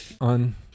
on